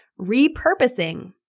repurposing